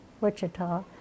Wichita